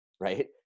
Right